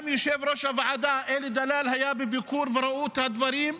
גם יושב-ראש הוועדה אלי דלל היה בביקור וראו את הדברים,